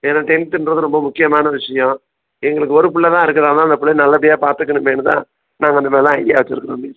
ஏன்னா டென்த்துன்றது ரொம்ப முக்கியமான விஷயம் எங்களுக்கு ஒரு பிள்ள தான் இருக்குறான் அதனால அந்த பிள்ளைய நல்லபடியாக பார்த்துக்குனுமேன்னு தான் நாங்கள் இந்த மாதிரிலாம் ஐடியா வச்சுருக்குறோம் மிஸ்